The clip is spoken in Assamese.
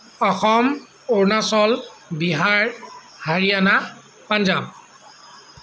অসম অৰুণাচল বিহাৰ হাৰিয়ানা পঞ্জাৱ